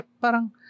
parang